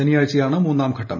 ശനിയാഴ്ചയാണ് മൂന്നാംഘട്ടം